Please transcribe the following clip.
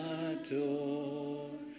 adore